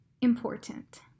important